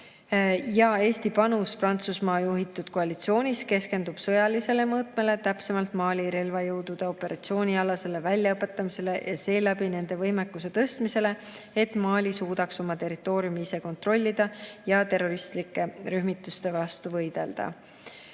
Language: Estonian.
Ja Eesti panus Prantsusmaa juhitud koalitsioonis keskendub sõjalisele mõõtmele, täpsemalt Mali relvajõudude operatsioonialasele väljaõpetamisele ja seeläbi nende võimekuse tõstmisele, et Mali suudaks oma territooriumi ise kontrollida ja terroristlike rühmituste vastu võidelda.